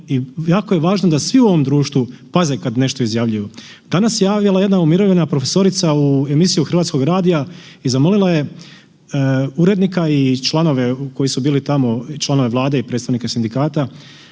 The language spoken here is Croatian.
i jako je važno da svi u ovom društvu paze kada nešto izjavljuju. Danas se javila jedna umirovljena profesorica u emisiju Hrvatskog radija i zamolila je urednika i članove koji su bili tamo, članove Vlade i predstavnike sindikata